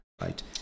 right